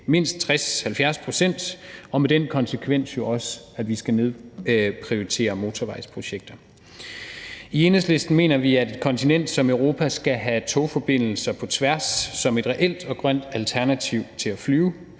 mindst 60-70 pct. med den konsekvens, at vi jo også skal nedprioritere motorvejsprojekter. I Enhedslisten mener vi, at et kontinent som Europa skal have togforbindelser på tværs som et reelt og grønt alternativ til at flyve.